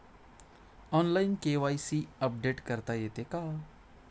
Online KYC update करता येते का?